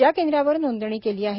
ज्या केंद्रावर नोंदणी केली आहे